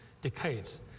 decades